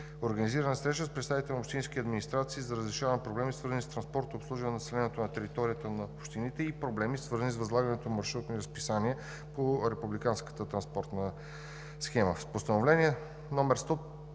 Организирана е среща с представители от общински администрации за разрешаване на проблеми, свързани с транспортното обслужване на населението на територията на общините и проблеми, свързани с възлагането на маршрутни разписания по републиканската транспортна схема. С Постановление № 344